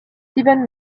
steven